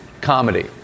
comedy